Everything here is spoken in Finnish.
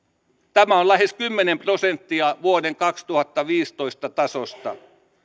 tämä on lähes kymmenen prosenttia vuoden kaksituhattaviisitoista tasosta